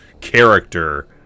character